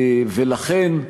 ולכן,